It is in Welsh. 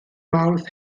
mawrth